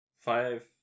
five